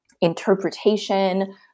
interpretation